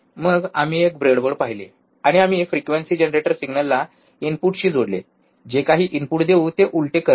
मग आम्ही एक ब्रेडबोर्ड पाहिले आणि आम्ही फ्रिक्वेंसी जनरेटर सिग्नलला इनपुटशी जोडले जे काही इनपुट देऊ ते उलटे करत आहे